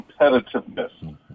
competitiveness